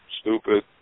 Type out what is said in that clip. stupid